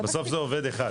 בסוף זה עובד אחד.